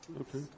Okay